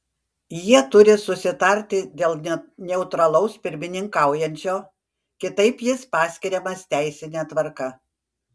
jie turi susitarti dėl neutralaus pirmininkaujančio kitaip jis paskiriamas teisine tvarka